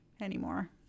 anymore